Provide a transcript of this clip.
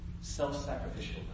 self-sacrificial